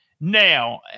Now